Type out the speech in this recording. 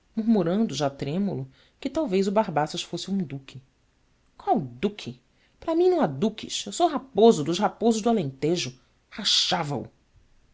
murmurando já trêmulo que talvez o barbaças fosse um duque qual duque para mim não há duques eu sou raposo dos raposos do alentejo rachava o